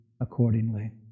accordingly